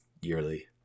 yearly